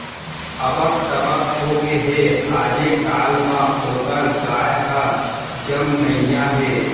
अबक तबक होगे हे, आजे काल म ओकर गाय ह जमनइया हे